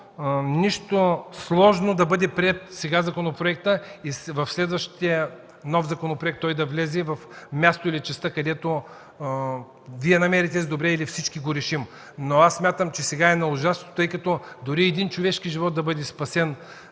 Няма нищо сложно законопроектът да бъде приет сега и в следващия нов законопроект той да влезе в мястото или частта, където Вие намерите за добре или всички го решим. Аз смятам, че сега е належащо, тъй като дори един човешки живот да бъде спасен,